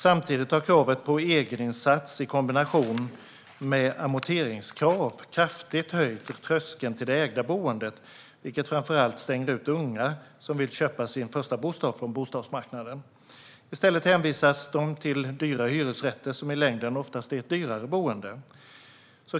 Samtidigt har kravet på egeninsats i kombination med amorteringskrav kraftigt höjt tröskeln till det ägda boendet, vilket framför allt stänger ute unga som vill köpa sin första bostad från bostadsmarknaden. I stället hänvisas de till dyra hyresrätter som i längden oftast är ett dyrare boende.